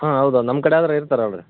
ಹಾಂ ಹೌದು ನಮ್ಮ ಕಡೆ ಆದ್ರೆ ಇರ್ತಾರಲ್ರೀ